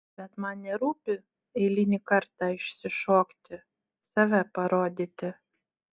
bet man nerūpi eilinį kartą išsišokti save parodyti